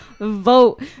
vote